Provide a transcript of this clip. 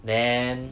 then